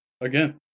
Again